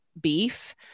beef